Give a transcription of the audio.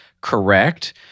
correct